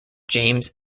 james